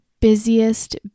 busiest